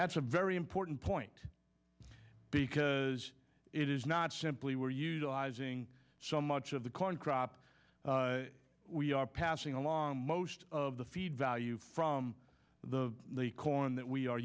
that's a very important point because it is not simply we're utilizing so much of the corn crop we are passing along most of the feed value from the the corn that we are